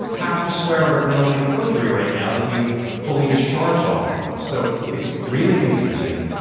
have to swear under penalty of perjury right now that you've fully discharged all of those. so it's really confusing.